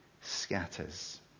scatters